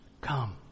come